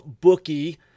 bookie